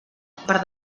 per